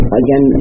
again